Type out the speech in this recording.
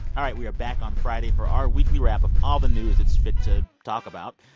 all right, we are back on friday for our weekly wrap of all the news that's fit to talk about.